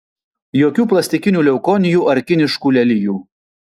jokių plastikinių leukonijų ar kiniškų lelijų